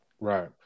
right